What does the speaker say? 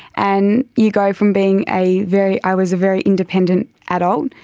and you go from being a very, i was a very independent adult,